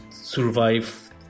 survive